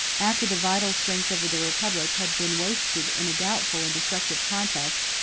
after the vital strength of the republic had been wasted in a doubtful and destructive contest,